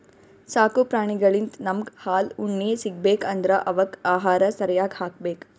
ಸಾಕು ಪ್ರಾಣಿಳಿಂದ್ ನಮ್ಗ್ ಹಾಲ್ ಉಣ್ಣಿ ಸಿಗ್ಬೇಕ್ ಅಂದ್ರ ಅವಕ್ಕ್ ಆಹಾರ ಸರ್ಯಾಗ್ ಹಾಕ್ಬೇಕ್